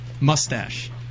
mustache